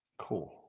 Cool